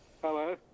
Hello